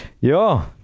Ja